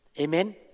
Amen